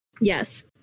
Yes